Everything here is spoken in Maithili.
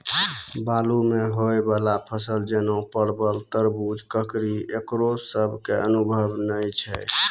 बालू मे होय वाला फसल जैना परबल, तरबूज, ककड़ी ईकरो सब के अनुभव नेय छै?